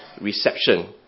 reception